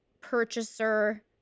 purchaser